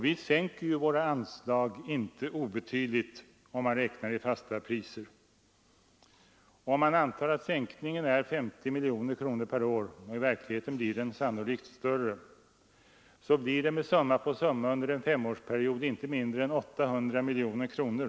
Vi sänker inte obetydligt våra anslag, om man räknar i fasta priser. Om man antar att sänkningen är 50 miljoner kronor per år — i verkligheten blir den sannolikt större — så blir det totalt med summa på summa under en femårsperiod inte mindre än 750 miljoner kronor.